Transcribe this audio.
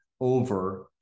over